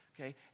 Okay